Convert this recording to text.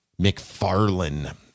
mcfarlane